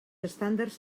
estàndards